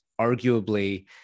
arguably